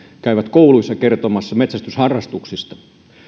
käyvät kouluissa kertomassa metsästysharrastuksesta